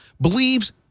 believes